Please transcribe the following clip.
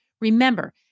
Remember